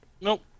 Nope